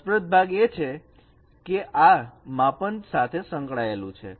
રસપ્રદ ભાગ એ છે કે તે આ માપન સાથે સંકળાયેલું છે